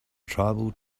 tribal